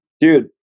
Dude